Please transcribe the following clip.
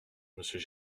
monsieur